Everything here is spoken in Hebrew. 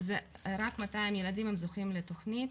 אז רק 200 ילדים זוכים לתכנית.